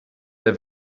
der